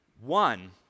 One